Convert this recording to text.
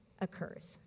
occurs